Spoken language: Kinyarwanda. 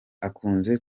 akunze